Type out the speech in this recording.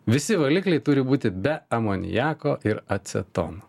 visi valikliai turi būti be amoniako ir acetono